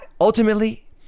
ultimately